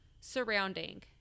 Surrounding